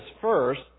first